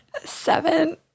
Seven